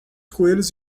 coelhos